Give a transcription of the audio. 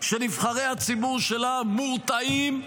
שנבחרי הציבור שלה מורתעים,